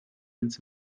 ans